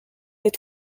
des